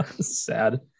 Sad